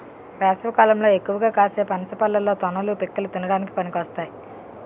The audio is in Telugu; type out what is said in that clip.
వేసవికాలంలో ఎక్కువగా కాసే పనస పళ్ళలో తొనలు, పిక్కలు తినడానికి పనికొస్తాయి